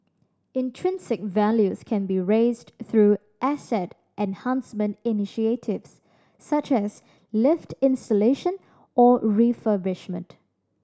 intrinsic values can be raised through asset enhancement initiatives such as lift installation or refurbishment